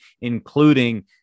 including